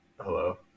hello